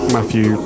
Matthew